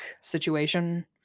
situation